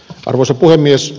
arvoisa puhemies